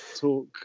talk